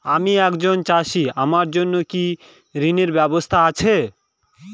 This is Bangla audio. আমি একজন চাষী আমার জন্য কি ঋণের ব্যবস্থা আছে?